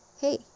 hey